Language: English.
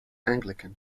anglican